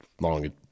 Long